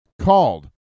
called